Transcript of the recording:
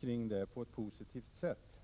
kring det på ett positivt sätt.